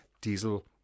diesel